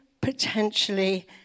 potentially